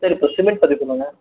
சரி இப்போ சிமெண்ட் பற்றி சொல்லுங்கள்